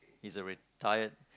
he's a retired